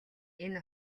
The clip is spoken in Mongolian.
энэ